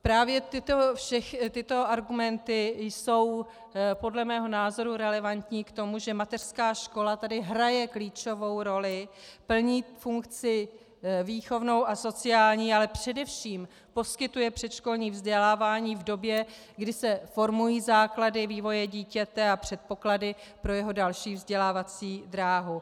Právě tyto argumenty jsou podle mého názoru relevantní k tomu, že mateřská škola tady hraje klíčovou roli, plní funkci výchovnou a sociální, ale především poskytuje předškolní vzdělávání v době, kdy se formují základy vývoje dítěte a předpoklady pro jeho další vzdělávací dráhu.